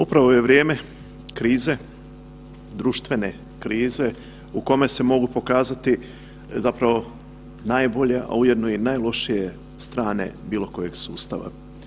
Upravo je vrijeme krize, društvene krize u kome se mogu pokazati zapravo najbolja, a ujedno i najlošije stane bilo kojeg sustava.